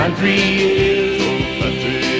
Country